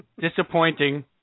disappointing